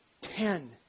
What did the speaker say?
ten